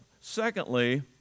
Secondly